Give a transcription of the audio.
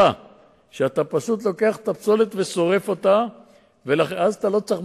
נכונות, ואם לא תהיה